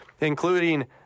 including